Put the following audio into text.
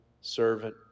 servant